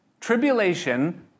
Tribulation